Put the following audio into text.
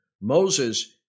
Moses